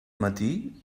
matí